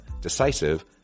decisive